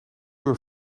uur